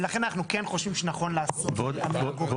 ולכן אנחנו כן חושבים שנכון לעשות --- ועוד